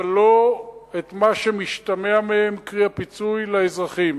אבל לא את מה שמשתמע מהם, קרי הפיצוי לאזרחים.